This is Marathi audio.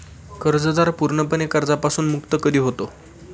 कर्जदार पूर्णपणे कर्जापासून मुक्त कधी होतो?